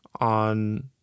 on